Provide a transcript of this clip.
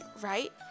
right